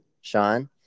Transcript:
Sean